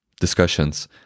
discussions